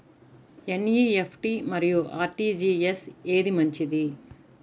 NEFT మరియు RTGS ఏది మంచిది?